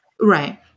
Right